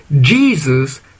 Jesus